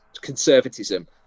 conservatism